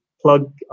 plug